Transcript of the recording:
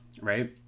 right